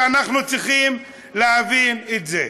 ואנחנו צריכים להבין את זה.